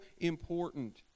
important